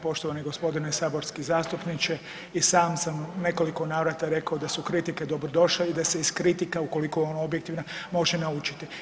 Poštovani gospodine saborski zastupniče i sam sam u nekoliko navrata rekao da su kritike dobrodošle i da se iz kritika ukoliko je ona objektivna može naučiti.